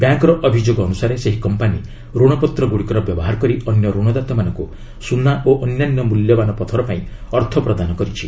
ବ୍ୟାଙ୍କ୍ର ଅଭିଯୋଗ ଅନୁସାରେ ସେହି କମ୍ପାନି ଋଣପତ୍ରଗୁଡ଼ିକର ବ୍ୟବହାର କରି ଅନ୍ୟ ରଣଦାତାମାନଙ୍କୁ ସୁନା ଓ ଅନ୍ୟାନ୍ୟ ମୂଲ୍ୟବାନ ପଥର ପାଇଁ ଅର୍ଥ ପ୍ରଦାନ କରୁଛି